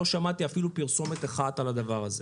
לא שמעתי אפילו פרסומת אחת על הדבר הזה.